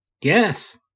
Yes